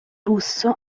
russo